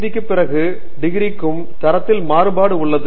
D க்கும் பிற டிகிரிகளுக்கும் தரதில் மாறுபாடு உள்ளது